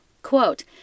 Quote